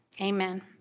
Amen